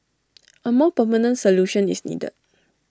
A more permanent solution is needed